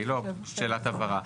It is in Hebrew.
לא, שאלת הבהרה.